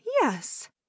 yes